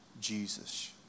Jesus